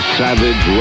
savage